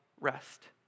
rest